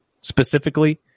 specifically